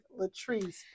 latrice